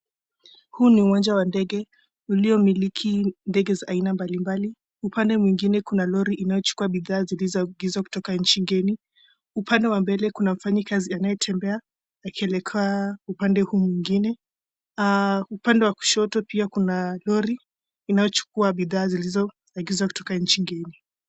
Huu ni uwanja wa ndege uliomiliki ndege za aina mbali mbali. Upande mwengine kuna lori inayochukua bidhaa zilizoagizwa kutoka nchi ngeni. Upande wa mbele kuna mfanyikazi anayetembea akielekea upande huu mwengine. Upande wa kushoto pia kuna lori inayochukua bidhaa zilizoagizwa kutoka nchi ngeni.